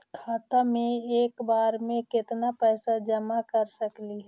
खाता मे एक बार मे केत्ना पैसा जमा कर सकली हे?